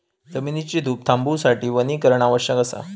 जमिनीची धूप थांबवूसाठी वनीकरण आवश्यक असा